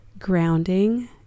grounding